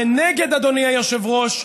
ונגד, אדוני היושב-ראש,